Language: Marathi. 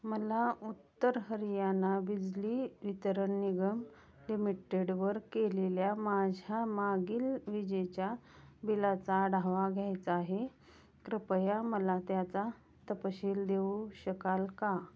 मला उत्तर हरियाणा बिजली वितरण निगम लिमिटेडवर केलेल्या माझ्या मागील विजेच्या बिलाचा आढावा घ्यायचा आहे कृपया मला त्याचा तपशील देऊ शकाल का